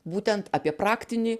būtent apie praktinį